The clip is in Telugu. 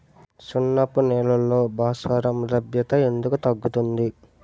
సున్నపు నేలల్లో భాస్వరం లభ్యత ఎందుకు తగ్గుతుంది?